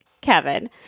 Kevin